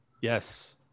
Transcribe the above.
yes